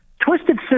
Twisted